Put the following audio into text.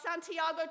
Santiago